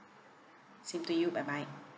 same to you bye bye